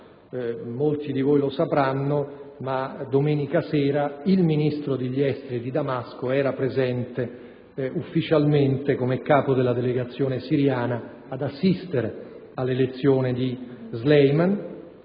molti di voi lo sapranno, ma domenica sera il Ministro degli esteri di Damasco era presente ufficialmente, come capo della delegazione siriana, ad assistere all'elezione del